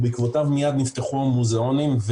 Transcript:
בעקבותיו מיד נפתחו המוזיאונים,